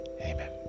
Amen